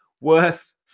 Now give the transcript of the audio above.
worth